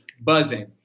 buzzing